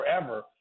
forever